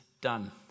done